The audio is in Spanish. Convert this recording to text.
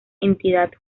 entidad